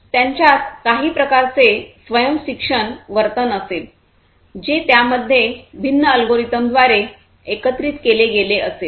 त्यांच्यात काही प्रकारचे स्वयं शिक्षण वर्तन असेल जे त्यामध्ये भिन्न अल्गोरिदमद्वारे एकत्रित केले गेले असेल